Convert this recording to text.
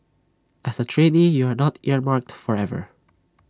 as A trainee you are not earmarked forever